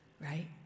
Right